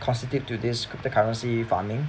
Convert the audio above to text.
constitute to this crypto currency funding